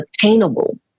attainable